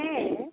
ᱦᱮᱸ